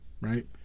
right